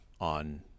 on